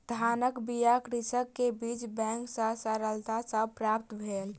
धानक बीया कृषक के बीज बैंक सॅ सरलता सॅ प्राप्त भेल